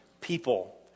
people